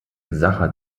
sacher